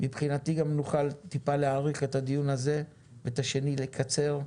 מבחינתי גם נוכל טיפה להאריך את הדיון הזה ואת השני לקצר,